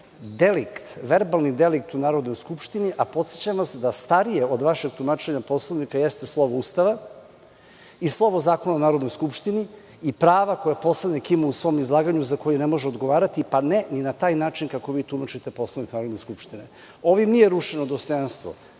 verbalni delikt u Narodnoj skupštini, a podsećam vas da starije od vašeg tumačenja Poslovnika jeste slovo Ustava i slovo Zakona o Narodnoj skupštini i prava koja poslanik ima u svom izlaganju za koje ne može odgovarati, pa ne i na taj način kako vi tumačite Poslovnik Narodne skupštine. Ovim nije rušeno dostojanstvo